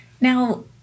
now